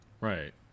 Right